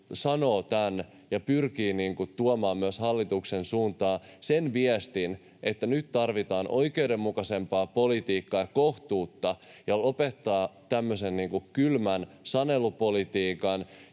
sanovat tämän ja pyrkivät tuomaan myös hallituksen suuntaan sen viestin, että nyt tarvitaan oikeudenmukaisempaa politiikkaa ja kohtuutta ja lopetetaan tämmöinen kylmä sanelupolitiikka